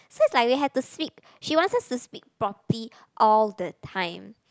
so it's like we have to speak she wants us to speak properly all the time